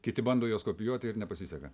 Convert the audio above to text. kiti bando juos kopijuoti ir nepasiseka